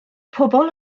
pobl